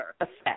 effect